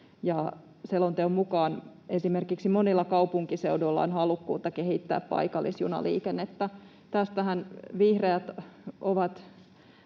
Selonteon mukaan esimerkiksi monilla kaupunkiseuduilla on halukkuutta kehittää paikallisjunaliikennettä. Tästähän vihreät ovat